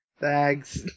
Thanks